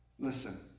Listen